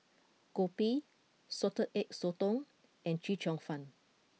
Kopi Salted Egg Sotong and Chee Cheong Fun